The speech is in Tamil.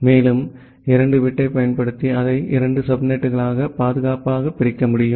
மேலும் 2 பிட்டைப் பயன்படுத்தி அதை இரண்டு சப்நெட்களாகப் பாதுகாப்பாகப் பிரிக்க முடியும்